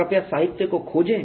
कृपया साहित्य को खोजें